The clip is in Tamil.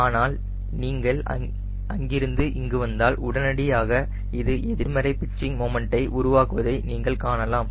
ஆனால் நீங்கள் அங்கிருந்து இங்கு வந்தால் உடனடியாக இது எதிர்மறை பிட்சிங் மொமண்டை உருவாக்குவதை நீங்கள் காணலாம்